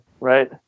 right